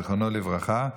זיכרונו לברכה,